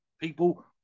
people